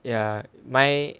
ya my